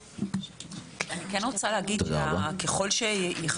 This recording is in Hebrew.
שאלו פה מתי החוק הזה לא יידרש,